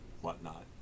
whatnot